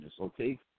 okay